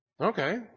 Okay